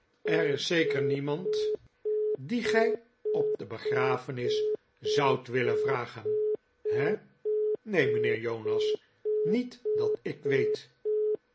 er is zeker niemand dien gij op de begrafenis zoudt willen vragen he neen mijnheer jonas niet dat ik weet